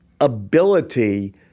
ability